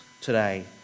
today